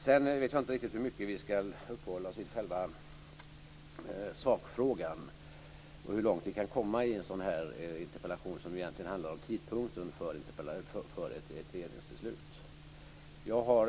Sedan vet jag inte riktigt hur mycket vi ska uppehålla oss vid själva sakfrågan och hur långt vi kan komma i en sådan här interpellationsdebatt som egentligen handlar om tidpunkten för ett regeringsbeslut.